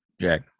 Jack